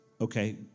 Okay